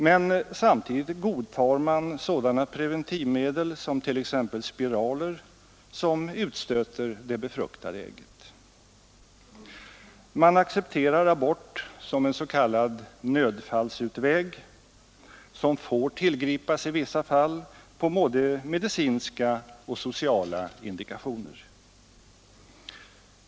Men samtidigt godtar man sådana preventivmedel som t.ex. spiraler, vilka utstöter det befruktade ägget. Man accepterar abort som en s.k. nödfallsutväg, som får tillgripas i vissa fall på både medicinska och sociala indikationer.